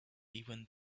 even